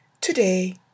Today